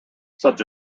such